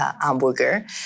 hamburger